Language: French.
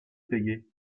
payer